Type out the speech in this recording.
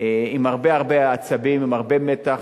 עם הרבה-הרבה עצבים, עם הרבה מתח,